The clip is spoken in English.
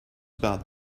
about